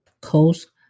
Coast